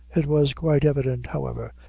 it was quite evident, however,